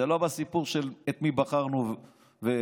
זה לא בסיפור של את מי בחרנו ואיך,